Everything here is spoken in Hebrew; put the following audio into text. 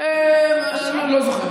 לא זוכר.